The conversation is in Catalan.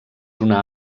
una